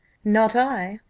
not i.